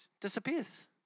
disappears